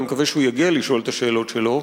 אני מקווה שהוא יגיע לשאול את השאלות שלו,